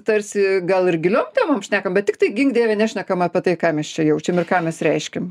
tarsi gal ir giliom temom šnekam bet tiktai gink dieve nešnekam apie tai ką mes čia jaučiam ir ką mes reiškiam